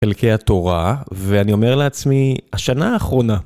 חלקי התורה, ואני אומר לעצמי, השנה האחרונה.